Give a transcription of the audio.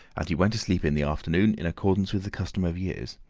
and he went to sleep in the afternoon in accordance with the custom of years.